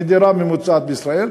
מדירה ממוצעת בישראל,